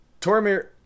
Tormir